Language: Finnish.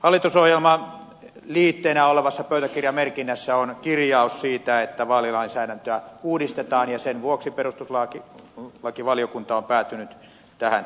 hallitusohjelman liitteenä olevassa pöytäkirjamerkinnässä on kirjaus siitä että vaalilainsäädäntöä uudistetaan ja sen vuoksi perustuslakivaliokunta on päätynyt tähän esitykseen